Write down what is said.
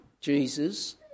Jesus